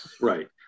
Right